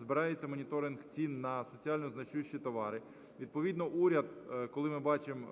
збирається моніторинг цін на соціально значущі товари, відповідно уряд, коли ми бачимо,